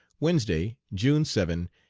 wednesday, june seven,